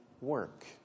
work